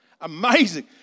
Amazing